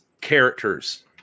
characters